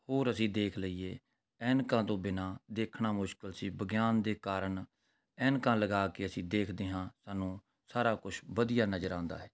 ਹੋਰ ਅਸੀਂ ਦੇਖ ਲਈਏ ਐਨਕਾਂ ਤੋਂ ਬਿਨਾਂ ਦੇਖਣਾ ਮੁਸ਼ਕਲ ਸੀ ਵਿਗਿਆਨ ਦੇ ਕਾਰਨ ਐਨਕਾਂ ਲਗਾ ਕੇ ਅਸੀਂ ਦੇਖਦੇ ਹਾਂ ਸਾਨੂੰ ਸਾਰਾ ਕੁਛ ਵਧੀਆ ਨਜ਼ਰ ਆਉਂਦਾ ਹੈ